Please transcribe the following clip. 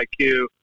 IQ